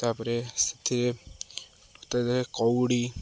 ତାପରେ ସେଥିରେ କଉଡ଼ି